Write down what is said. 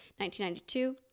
1992